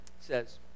says